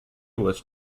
was